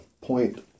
point